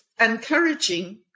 encouraging